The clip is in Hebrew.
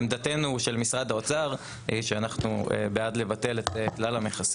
עמדתו של משרד האוצר היא שאנחנו בעד לבטל את כלל המכסים.